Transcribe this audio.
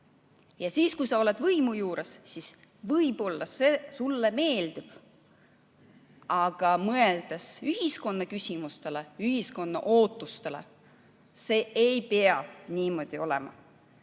Kui sa oled võimu juures, siis võib-olla see sulle meeldib. Aga mõeldes ühiskonna küsimustele, ühiskonna ootustele, ei pea see niimoodi olema.